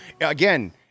Again